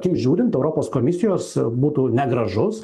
kaip žiūrint europos komisijos būtų negražus